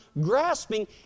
grasping